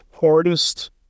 hardest